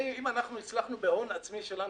אם אנחנו הצלחנו בהון העצמי שלנו,